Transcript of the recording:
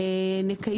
נקיים.